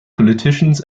politicians